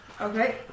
okay